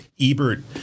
Ebert